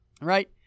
right